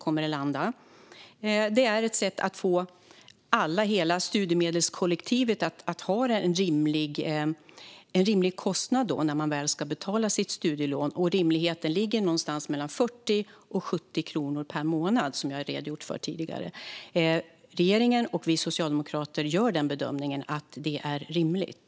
Detta är ett sätt att ge hela studiemedelskollektivet en rimlig kostnad när man väl ska betala sitt studielån, och som jag har redogjort för tidigare ligger rimligheten någonstans mellan 40 och 70 kronor per månad. Regeringen och vi socialdemokrater gör bedömningen att det är rimligt.